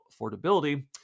affordability